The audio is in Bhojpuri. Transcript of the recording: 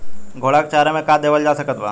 घोड़ा के चारा मे का देवल जा सकत बा?